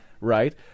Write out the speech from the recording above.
right